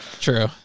True